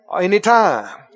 anytime